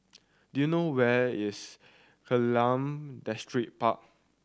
do you know where is Kallang Distripark